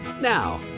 Now